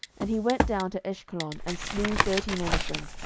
and he went down to ashkelon, and slew thirty men of them,